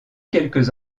quelques